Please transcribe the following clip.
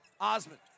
Osmond